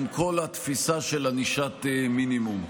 עם כל התפיסה של ענישת מינימום.